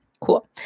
cool